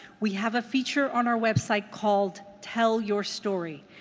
we have a feature on our website called tell your story,